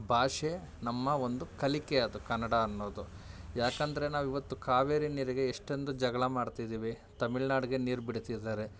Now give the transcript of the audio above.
ಭಾಷೆ ನಮ್ಮ ಒಂದು ಕಲಿಕೆ ಅದು ಕನ್ನಡ ಅನ್ನೋದು ಏಕೆಂದ್ರೆ ನಾವು ಇವತ್ತು ಕಾವೇರಿ ನೀರಿಗೆ ಎಷ್ಟೊಂದು ಜಗಳ ಮಾಡ್ತಿದ್ದೀವಿ ತಮಿಳುನಾಡಿಗೆ ನೀರು ಬಿಡ್ತಿದ್ದಾರೆ